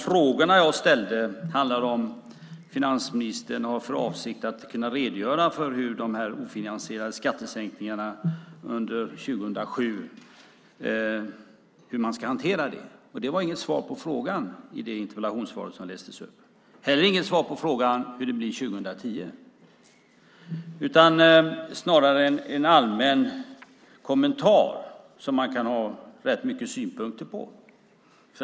Fru talman! Tack för svaret, finansministern! Det är bara så att de frågor som jag ställde handlade om huruvida finansministern har för avsikt att redogöra för hur man ska hantera de ofinansierade skattesänkningarna under 2007. Det var inget svar på frågan i det interpellationssvar som lästes upp. Det var inte heller något svar på frågan hur det blir 2010. Det var snarare en allmän kommentar som man kan ha rätt många synpunkter på.